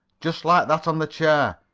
just like that on the chair.